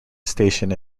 station